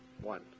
one